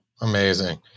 Amazing